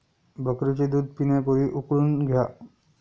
बकरीचे दूध पिण्यापूर्वी उकळून घ्या